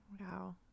Wow